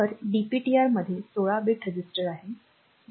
तर डीपीटीआर मधे 16 bit register आहे